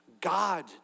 God